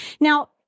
Now